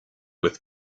with